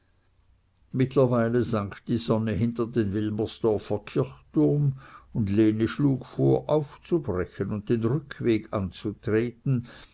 mittlerweile sank die sonne hinter den wilmersdorfer kirchturm und lene schlug vor aufzubrechen und den rückweg anzutreten